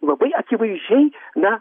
labai akivaizdžiai na